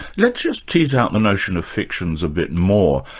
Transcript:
let's just tease out the notion of fictions a bit more.